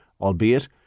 albeit